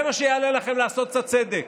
זה מה שיעלה לכם לעשות קצת צדק.